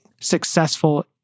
successful